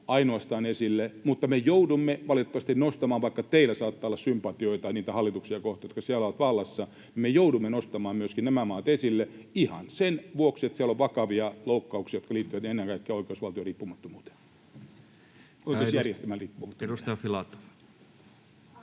Unkaria esille, mutta me joudumme ne valitettavasti nostamaan, vaikka teillä saattaa olla sympatioita niitä hallituksia kohtaan, jotka siellä ovat vallassa. Me joudumme nostamaan myöskin nämä maat esille ihan sen vuoksi, että siellä on vakavia loukkauksia, jotka liittyvät ennen kaikkea oikeusjärjestelmän riippumattomuuteen.